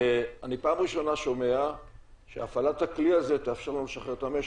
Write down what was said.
פעם ראשונה שאני שומע שהפעלת הכלי הזה תאפשר לנו לשחרר את המשק.